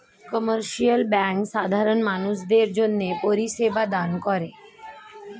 commercial bank সাধারণ মানুষদের জন্যে পরিষেবা দান করে